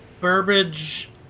Burbage